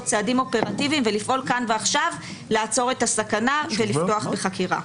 צעדים אופרטיביים ולפעול כאן ועכשיו לעצור את הסכנה ולפתוח בחקירה.